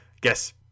guess